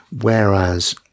whereas